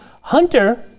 Hunter